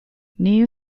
new